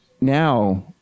now